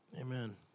amen